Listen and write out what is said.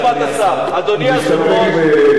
אדוני היושב-ראש, מסתפק בתשובת השר.